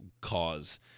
cause